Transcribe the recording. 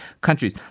countries